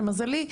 למזלי,